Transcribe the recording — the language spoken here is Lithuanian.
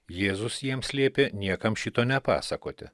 jėzus jiems liepė niekam šito nepasakoti